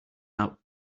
out